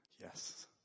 Yes